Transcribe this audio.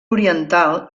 oriental